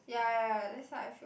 ya ya ya that's how I feel